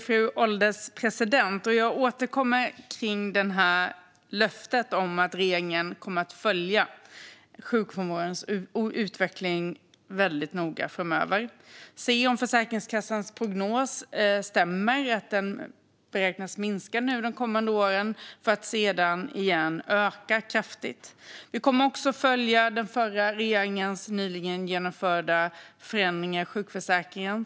Fru ålderspresident! Jag återkommer till löftet om att regeringen kommer att följa sjukfrånvarons utveckling väldigt noga framöver. Vi får se om Försäkringskassans prognos stämmer och att den beräknas minska nu de kommande åren för att sedan igen öka kraftigt. Vi kommer också att följa den förra regeringens nyligen genomförda förändringar i sjukförsäkringen.